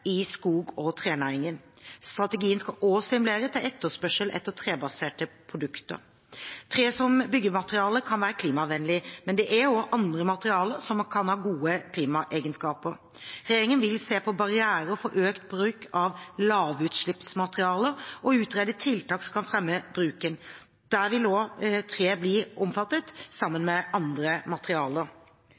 i skog- og trenæringen. Strategien skal også stimulere til etterspørsel etter trebaserte produkter. Tre som byggemateriale kan være klimavennlig, men det er også andre materialer som kan ha gode klimaegenskaper. Regjeringen vil se på barrierer for økt bruk av lavutslippsmaterialer og utrede tiltak som kan fremme bruken. Der vil også tre bli omfattet, sammen med andre materialer.